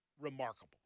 Remarkable